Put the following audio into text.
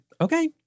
Okay